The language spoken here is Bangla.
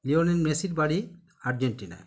লিওনেল মেসির বাড়ি আর্জেন্টিনায়